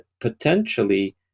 potentially